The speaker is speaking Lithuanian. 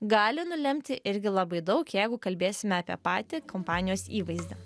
gali nulemti irgi labai daug jeigu kalbėsime apie patį kompanijos įvaizdį